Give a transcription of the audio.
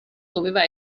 doveva